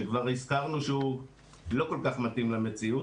שכבר הזכרנו שהוא לא כל כך מתאים למציאות,